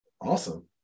Awesome